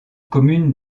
communes